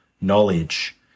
knowledge